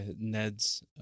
Ned's